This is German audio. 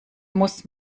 muss